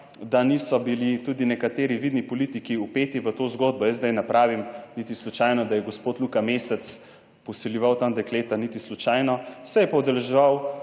da niso bili tudi nekateri vidni politiki vpeti v to zgodbo. Jaz sedaj ne pravim niti slučajno, da je gospod Luka Mesec posiljeval tam dekleta, niti slučajno, se je pa udeleževal